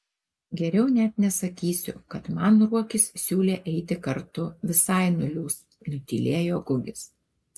geriau net nesakysiu kad man ruokis siūlė eiti kartu visai nuliūs nutylėjo gugis